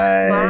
Bye